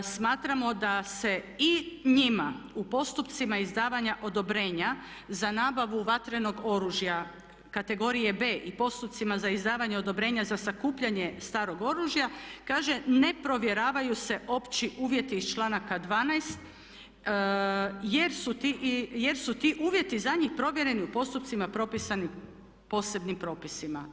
Smatramo da se i njima u postupcima izdavanja odobrenja za nabavu vatrenog oružja kategorije B i postupcima za izdavanje odobrenja za sakupljanje starog oružja kaže ne provjeravaju se opći uvjeti iz članaka 12. jer su ti uvjeti za njih provjereni u postupcima propisanim posebnim propisima.